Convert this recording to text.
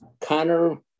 Connor